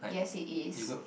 yes it is